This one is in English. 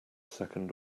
second